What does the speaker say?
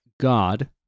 God